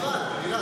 חבל, גלעד.